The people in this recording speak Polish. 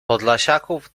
podlasiaków